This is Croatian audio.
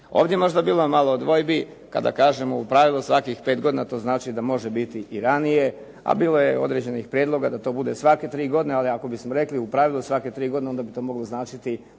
Ovdje je možda bilo malo dvojbi kada kažemo u pravilu svakih 5 godina, to znači da može biti i ranije, a bilo je određenih prijedloga da to bude svake 3 godine, ali ako bismo rekli u pravilu svake 3 godine, onda bi to moglo značiti